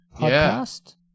podcast